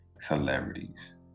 celebrities